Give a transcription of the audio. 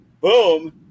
boom